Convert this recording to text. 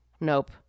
Nope